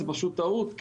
זה פשוט טעות,